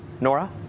Nora